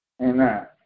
Amen